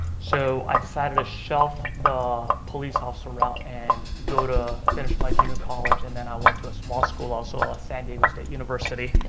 so i decided to shelf the police officer route and go to finish my junior college and then i went to a small school, also, of ah san diego state university.